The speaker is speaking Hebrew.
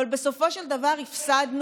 אבל בסופו של דבר הפסדנו,